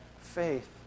faith